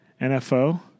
NFO